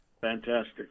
Fantastic